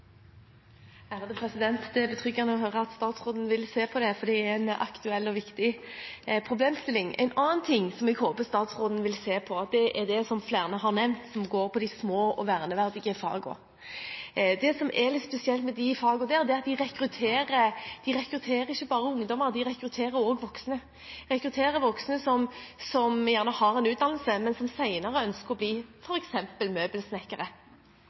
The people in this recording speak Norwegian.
det. Det er betryggende å høre at statsråden vil se på det, for det er en aktuell og viktig problemstilling. En annen ting som jeg håper statsråden vil se på, er det som flere har nevnt, som går på de små og verneverdige fagene. Det som er litt spesielt med de fagene, er at de rekrutterer ikke bare ungdommer; de rekrutterer også voksne. De rekrutterer voksne som gjerne har en utdannelse, men som senere ønsker å bli